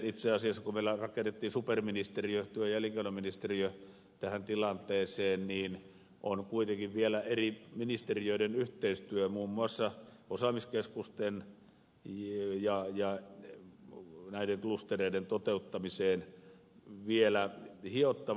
itse asiassa kun vielä rakennettiin superministeriö työ ja elinkeinoministeriö tähän tilanteeseen niin on kuitenkin vielä eri ministeriöiden yhteistyötä muun muassa osaamiskeskusten ja klustereiden toteuttamisessa vielä hiottava